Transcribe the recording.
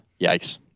yikes